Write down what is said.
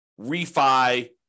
refi